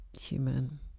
human